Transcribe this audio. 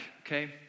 okay